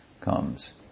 comes